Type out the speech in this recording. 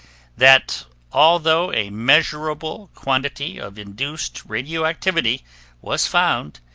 that although a measurable quantity of induced radioactivity was found,